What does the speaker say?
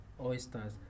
oysters